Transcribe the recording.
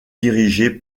dirigé